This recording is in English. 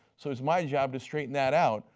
so is my job to straighten that out.